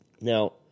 Now